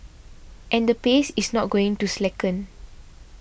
and the pace is not going to slacken